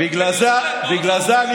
בגלל זה,